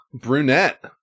Brunette